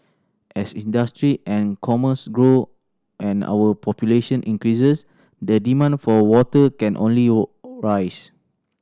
as industry and commerce grow and our population increases the demand for water can only or rise